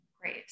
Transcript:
Great